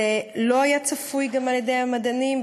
זה לא היה צפוי גם על-ידי המדענים.